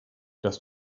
dass